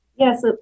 Yes